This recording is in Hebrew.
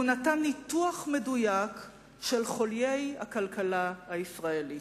והוא נתן ניתוח מדויק של חוליי הכלכלה הישראלית: